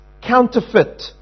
counterfeit